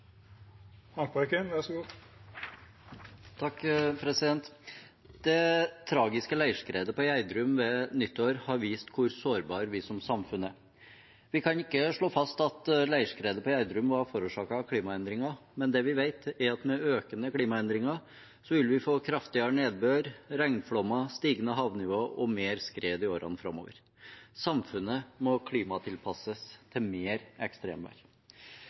Haltbrekken [18:21:08]: Det tragiske leirskredet på Gjerdrum ved nyttår har vist hvor sårbare vi som samfunn er. Vi kan ikke slå fast at leirskredet på Gjerdrum var forårsaket av klimaendringer, men det vi vet, er at med økende klimaendringer vil vi få kraftigere nedbør, regnflommer, stigende havnivå og flere skred i årene framover. Samfunnet må klimatilpasses til mer ekstremvær.